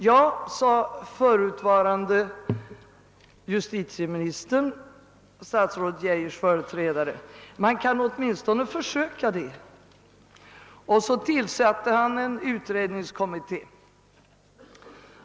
Ja, sade förutvarande justitieministern, statsrådet Geijers företrädare, man kan åtminstone försöka det, och så tillsatte han en utredningskommitté.